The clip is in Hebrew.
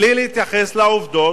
בלי להתייחס לעובדות,